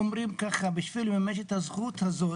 בשביל לממש את הזכות הזאת,